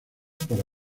para